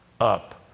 up